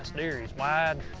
deer, he's wide.